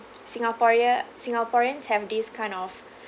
singaporean singaporeans have these kind of